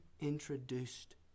introduced